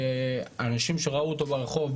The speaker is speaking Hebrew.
אנשים שראו אותו ברחוב,